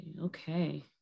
Okay